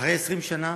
אחרי 20 שנה,